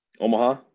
Omaha